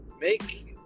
make